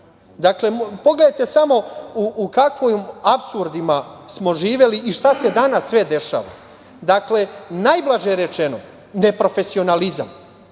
život. Dakle, pogledajte samo u kakvim apsurdima smo živeli i šta se danas sve dešava. Dakle, najblaže rečeno neprofesionalizam,